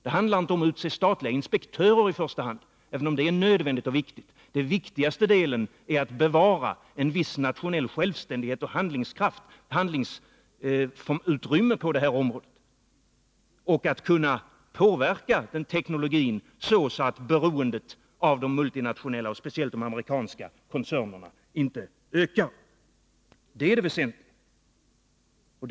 Det handlar inte i första hand om att utse statliga inspektörer, även om detta är nödvändigt och viktigt. Den viktigaste delen är att bevara en viss nationell självständighet och handlingsutrymme på detta område och att kunna påverka teknologin, så att beroendet av de multinationella, och speciellt de amerikanska, koncernerna inte ökar. Det är det väsentliga.